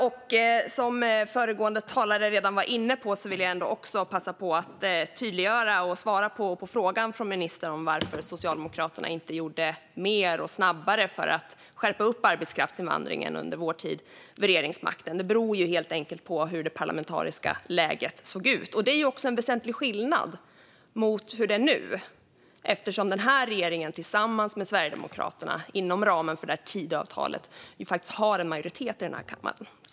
Jag vill, som föregående talare var inne på, också passa på att tydliggöra och svara på frågan från ministern om varför Socialdemokraterna inte gjorde mer, snabbare, för att skärpa upp arbetskraftsinvandringen under vår tid vid regeringsmakten. Det berodde helt enkelt på det parlamentariska läget. Det var också en väsentlig skillnad jämfört med hur det är nu eftersom den här regeringen, tillsammans med Sverigedemokraterna, inom ramen för Tidöavtalet faktiskt har en majoritet i kammaren.